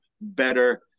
better